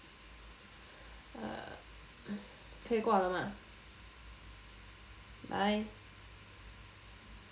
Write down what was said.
uh 可以挂了吗 bye